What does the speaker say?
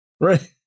Right